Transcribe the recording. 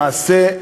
למעשה,